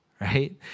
right